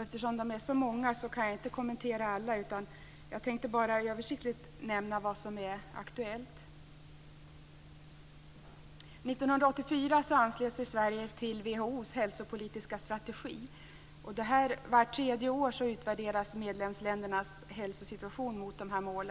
Eftersom de är så många kan jag inte kommentera alla. Jag tänker bara översiktligt nämna vad som är aktuellt. År 1984 anslöt sig Sverige till WHO:s hälsopolitiska strategi. Var tredje år utvärderas medlemsländernas hälsosituation mot dessa mål.